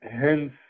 hence